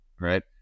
right